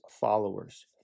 followers